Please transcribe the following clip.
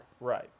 Right